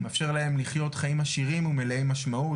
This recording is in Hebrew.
מאפשר להם לחיות חיים עשירים ומלאי משמעות,